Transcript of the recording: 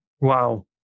Wow